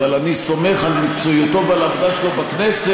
אבל אני סומך על מקצועיותו ועל העבודה שלו בכנסת.